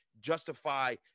justify